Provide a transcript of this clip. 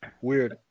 Weird